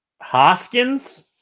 Hoskins